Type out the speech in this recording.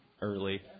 early